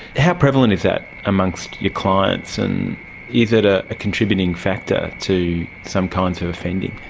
how prevalent is that amongst your clients, and is it a contributing factor to some kinds of offending?